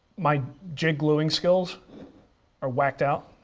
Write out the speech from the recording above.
my jig gluing skills are whacked out